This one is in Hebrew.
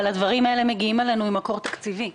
אבל הדברים האלה מגיעים אלינו עם מקור תקציבי,